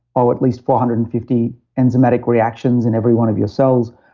oh, at least four hundred and fifty enzymatic reactions in every one of your cells.